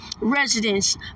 residents